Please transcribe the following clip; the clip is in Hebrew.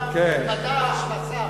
זה מדע ההשמצה.